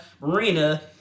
Marina